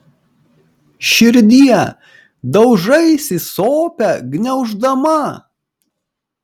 širdie daužaisi sopę gniauždama